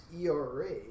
ERA